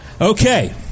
Okay